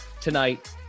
tonight